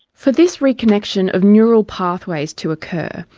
for this reconnection of neural pathways to occur,